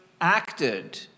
acted